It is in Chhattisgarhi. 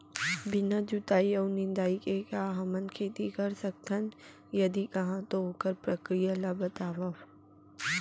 बिना जुताई अऊ निंदाई के का हमन खेती कर सकथन, यदि कहाँ तो ओखर प्रक्रिया ला बतावव?